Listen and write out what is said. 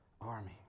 army